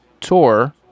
tour